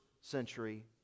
century